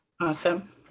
Awesome